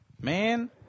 Man